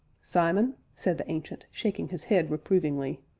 simon, said the ancient, shaking his head reprovingly,